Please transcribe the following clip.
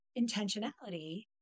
intentionality